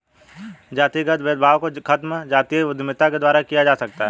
जातिगत भेदभाव को खत्म जातीय उद्यमिता के द्वारा किया जा सकता है